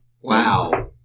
Wow